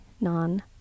non